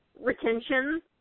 retention